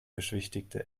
beschwichtigte